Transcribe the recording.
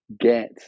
get